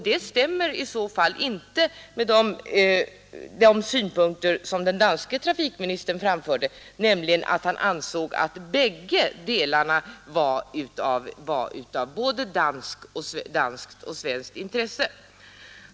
Det stämmer i så fall inte med de synpunkter som den danske trafikministern framfört, nämligen att han ansåg bägge delarna vara av både danskt och svenskt intresse.